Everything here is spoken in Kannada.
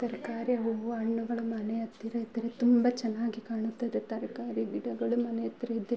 ತರಕಾರಿ ಹೂವು ಹಣ್ಣುಗಳು ಮನೆ ಹತ್ತಿರ ಇದ್ದರೆ ತುಂಬ ಚೆನ್ನಾಗಿ ಕಾಣುತ್ತದೆ ತರಕಾರಿ ಗಿಡಗಳು ಮನೆ ಹತ್ತಿರ ಇದ್ದರೆ